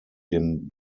dem